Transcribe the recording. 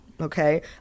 Okay